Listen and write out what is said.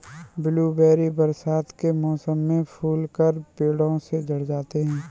blueberry बरसात के मौसम में फूलकर पेड़ों से झड़ जाते हैं